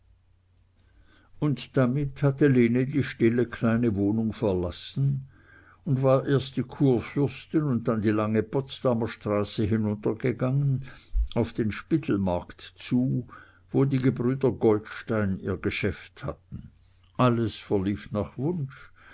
und damit hatte lene die kleine stille wohnung verlassen und war erst die kurfürsten und dann die lange potsdamer straße hinuntergegangen auf den spittelmarkt zu wo die gebrüder goldstein ihr geschäft hatten alles verlief nach wunsch